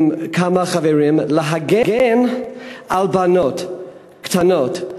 עם כמה חברים, להגן על בנות קטנות,